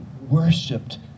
worshipped